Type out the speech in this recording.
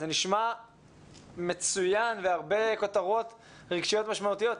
זה נשמע מצוין והרבה כותרות רגשיות משמעותיות.